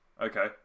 okay